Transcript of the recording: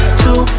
two